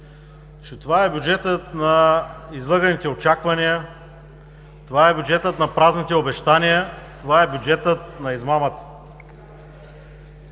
това е бюджетът на излъганите очаквания, това е бюджетът на празните обещания, това е бюджетът на измамата.